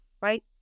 Right